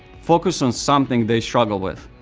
focus on something they struggle with,